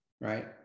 right